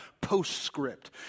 postscript